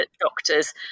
doctors